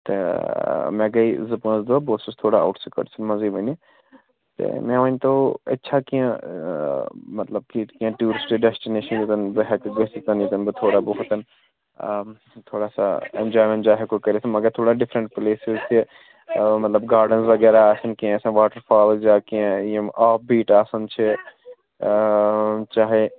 تہٕ مےٚ گٔے زٕ پانٛژھ دۄہ بہٕ اوسُس تھوڑا اَوُٹ سٔکٲٹسہٕ منٛزٕے وٕنہِ تہٕ مےٚ ؤنۍ تَو اَتہِ چھا کیٚنہہ مطلب کِٹ کیٚنہہ ٹوٗرِسٹہٕ ڈٮ۪سٹِنیشَن یوٚتَن بہٕ ہٮ۪کہٕ گٔژِتھ ییٚتٮ۪ن بہٕ تھوڑا بہتَن تھوڑا سا اٮ۪نجاے وٮ۪نجاے ہٮ۪کَو کٔرِتھ مگر تھوڑا ڈِفرَنٛٹ پٕلیسِز تہِ مطلب گارڈَن وغیرہ آسَن کیٚنہہ آسَن واٹَر فالٕز یا کیٚنہہ یِم آبہٕ بیٖٹ آسَن چھِ چاہے